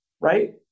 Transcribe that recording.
right